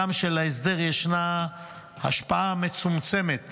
הגם שלהסדר ישנה השפעה מצומצמת